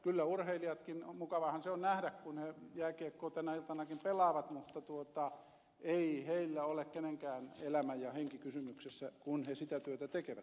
kyllä urheilijatkin tekevät ja mukavaahan se on nähdä kun he jääkiekkoa tänä iltanakin pelaavat mutta ei heillä ole kenenkään elämä ja henki kysymyksessä kun he sitä työtä tekevät